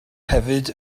hefyd